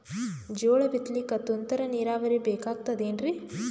ಜೋಳ ಬಿತಲಿಕ ತುಂತುರ ನೀರಾವರಿ ಬೇಕಾಗತದ ಏನ್ರೀ?